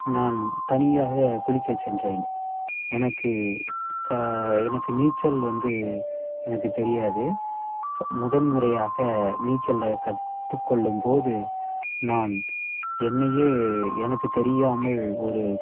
நான் தனியாக குளிக்கச் சென்றேன் எனக்கு க எனக்கு நீச்சல் வந்து எனக்கு தெரியாது ஃப முதன் முறையாக நீச்சலை கற்றுக்கொள்ளும் போது நான் என்னையே எனக்கு தெரியாமல் ஒரு